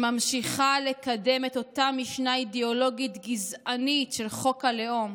שממשיכה לקדם את אותה משנה אידיאולוגית גזענית של חוק הלאום,